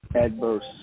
adverse